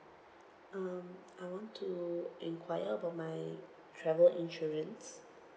um I want to enquire about my travel insurance